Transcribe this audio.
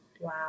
Wow